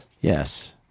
Yes